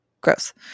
Gross